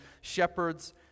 shepherds